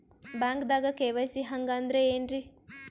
ಬ್ಯಾಂಕ್ದಾಗ ಕೆ.ವೈ.ಸಿ ಹಂಗ್ ಅಂದ್ರೆ ಏನ್ರೀ?